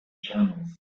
channels